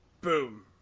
boom